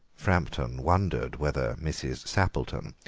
framton wondered whether mrs. sappleton,